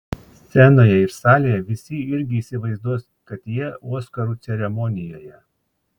scenoje ir salėje visi irgi įsivaizduos kad jie oskarų ceremonijoje